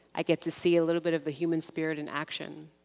i get to see a little bit of the human spirit in action.